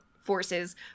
forces